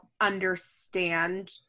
understand